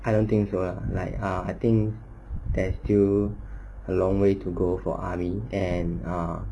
I don't think so like ah I think there's still a long way to go for army and ah